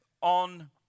on